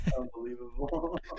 unbelievable